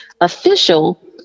official